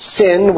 sin